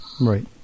Right